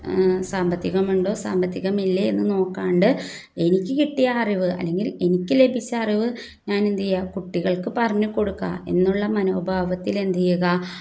സാമ്പത്തികമുണ്ടോ സാമ്പത്തികമില്ലേ എന്ന് നോക്കാണ്ട് എനിക്ക് കിട്ടിയ അറിവ് അല്ലെങ്കിൽ എനിക്ക് ലഭിച്ച അറിവ് ഞാാനെന്തു ചെയ്യൂക കുട്ടികൾക്ക് പറഞ്ഞു കൊടുക്കുക എന്നുള്ള മനോഭാവത്തിലെന്തു ചെയ്യുക